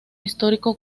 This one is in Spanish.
histórico